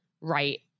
right